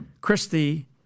Christie